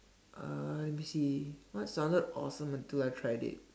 uh let me see what sounded awesome until I tried it